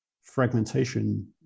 fragmentation